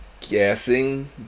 guessing